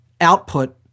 output